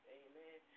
amen